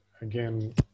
again